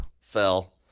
fell